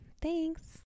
Thanks